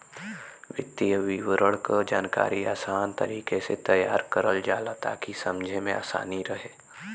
वित्तीय विवरण क जानकारी आसान तरीके से तैयार करल जाला ताकि समझे में आसानी रहे